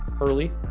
early